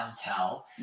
tell